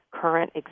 current